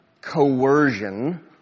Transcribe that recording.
coercion